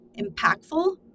impactful